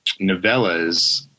novellas